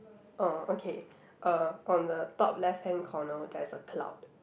uh okay uh on the top left hand corner there's a cloud